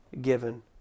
given